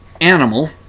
animal